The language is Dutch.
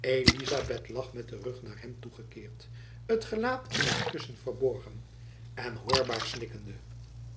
elizabeth lag met den rug naar hem toe gekeerd het gelaat in het kussen verborgen en hoorbaar